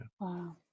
Wow